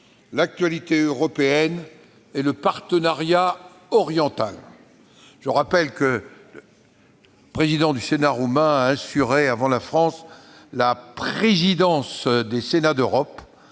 l'actualité européenne et le partenariat oriental. Je le rappelle, le président du Sénat roumain a assuré, avant la France, la présidence des Sénats d'Europe,